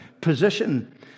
position